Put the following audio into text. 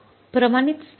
प्रमाणित स्टॅंडर्ड २६